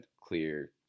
clear